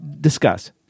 discuss